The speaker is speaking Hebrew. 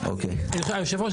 היושב ראש,